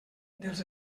dels